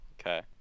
Okay